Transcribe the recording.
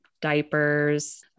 diapers